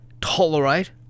tolerate